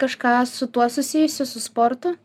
kažką su tuo susijusiu su sportu